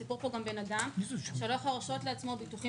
הסיפור פה הוא גם בן אדם שלא יכול להרשות לעצמו ביטוחים